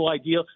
idea